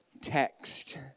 text